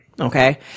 Okay